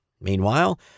Meanwhile